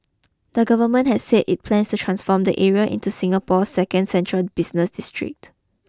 the government has said it plans to transform the area into Singapore's second central business district